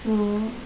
mm